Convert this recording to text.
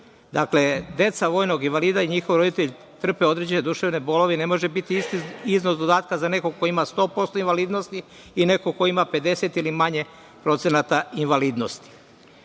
deca vojnog invalida i njihov roditelj trpe određene duševne bolove i ne može biti isti iznos dodatka za nekog ko ima 100% invalidnosti i nekog ko ima 50%, ili manje procenata invalidnosti. Takođe,